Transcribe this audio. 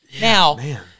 Now